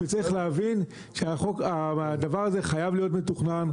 צריך להבין שהדבר הזה חייב להיות מתוכנן,